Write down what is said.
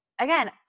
again